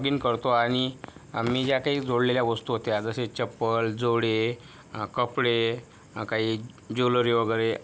login करतो आणि मी ज्या काही जोडलेल्या वस्तु होत्या जसे चप्पल जोडे कपडे काही ज्वेलरी वगैरे